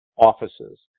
offices